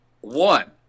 one